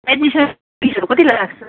admission फिसहरू कति लाग्छ